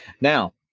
now